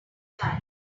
time